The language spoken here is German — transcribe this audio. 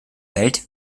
welt